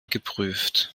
geprüft